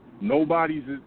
nobody's